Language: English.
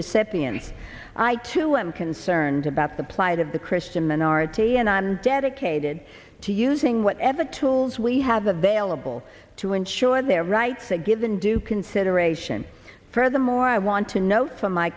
recipient i too am concerned about the plight of the christian minority and i'm dedicated to using whatever tools we have available to ensure their rights and given due consideration for the more i want to know